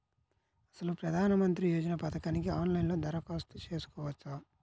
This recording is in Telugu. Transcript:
అసలు ప్రధాన మంత్రి యోజన పథకానికి ఆన్లైన్లో దరఖాస్తు చేసుకోవచ్చా?